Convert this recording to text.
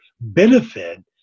benefit